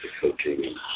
coaching